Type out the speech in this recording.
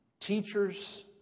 teachers